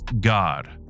god